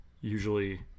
usually